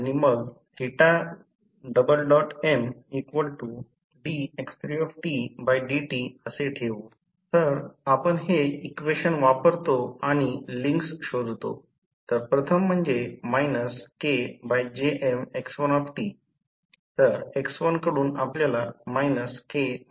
open circuit test short circuit test नंतर 2 winding transformer आणि autotransformer आणि समकक्ष मंडल आणि ट्रान्सफॉर्मेशन आणि कार्यक्षमता तसेच संपूर्ण दिवसाची कार्यक्षमता आणि व्होल्टेज नियमन च्यावर लक्ष केंद्रित करणे एकल ऊर्जा घटक पिछाडीवर उर्जा घटक आणि प्रमुख शक्ती घटक हेही पाहिले आहे